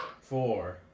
Four